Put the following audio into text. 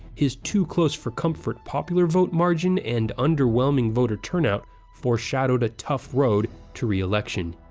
his too-close-for-comfort popular vote margin and underwhelming voter turnout foreshadowed a tough road to reelection.